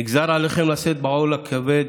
נגזר עליכן לשאת בעול הכבד